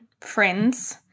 friends